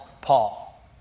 Paul